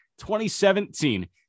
2017